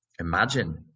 Imagine